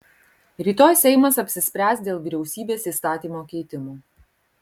rytoj seimas apsispręs dėl vyriausybės įstatymo keitimo